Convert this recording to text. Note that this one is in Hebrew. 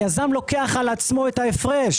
היזם לוקח על עצמו את ההפרש.